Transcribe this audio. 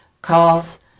calls